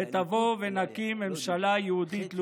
תבוא ונקים ממשלה יהודית לאומית.